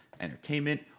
entertainment